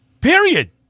period